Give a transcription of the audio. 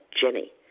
Jenny